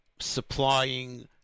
supplying